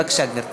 בבקשה, גברתי.